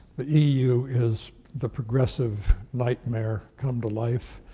the eu is the progressive nightmare come to life,